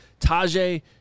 Tajay